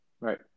right